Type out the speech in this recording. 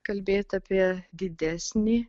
kalbėt apie didesnį